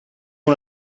una